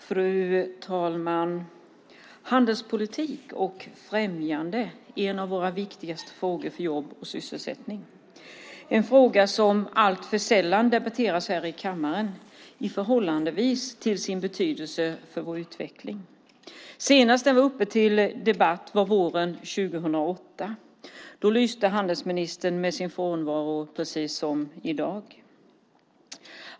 Fru talman! Handelspolitik och främjande av handel är en av våra viktigaste frågor för jobb och sysselsättning. Det är en fråga som i förhållande till sin betydelse för vår utveckling alltför sällan debatteras här i kammaren. Senast den var uppe till debatt var våren 2008. Då lyste handelsministern med sin frånvaro, precis som i dag.